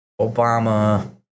Obama